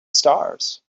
stars